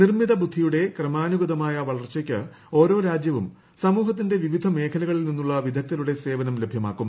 നിർമ്മിത ബുദ്ധിയുടെ ക്രമാനുഗതമായ വളർച്ചയ്ക്ക് ഓരോ രാജ്യവും സമൂഹത്തിന്റെ വിവിധ മേഖലകളിൽ നിന്നുള്ള വിദഗ്ധരുടെ സേവനം ലഭ്യമാക്കും